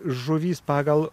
žuvys pagal